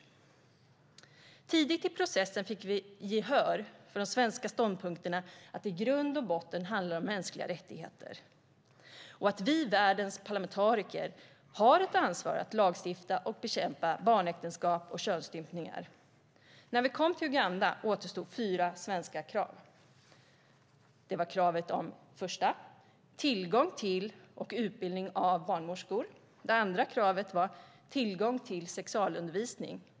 Tidigt i processen fick vi gehör för de svenska ståndpunkterna att i grund och botten handlar det om mänskliga rättigheter och att vi, världens parlamentariker, har ett ansvar att lagstifta och bekämpa barnäktenskap och könsstympningar. När vi kom till Uganda återstod fyra svenska krav. Det första kravet var tillgång till och utbildning av barnmorskor. Det andra kravet var tillgång till sexualundervisning.